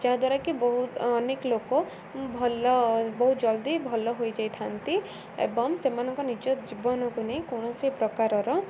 ଯାହାଦ୍ୱାରାକିି ବହୁତ ଅନେକ ଲୋକ ଭଲ ବହୁତ ଜଲ୍ଦି ଭଲ ହୋଇଯାଇଥାନ୍ତି ଏବଂ ସେମାନଙ୍କ ନିଜ ଜୀବନକୁ ନେଇ କୌଣସି ପ୍ରକାରର